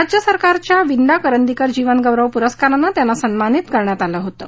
राज्य सरकारच्या विंदा करंदीकर जीवन गौरव पुरस्कारानं त्यांना सन्मानित करण्यात आलं होतं